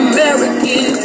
American